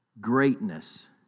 greatness